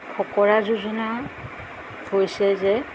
ফকৰা যোজনা হৈছে যে